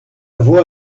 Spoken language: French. voie